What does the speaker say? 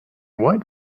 white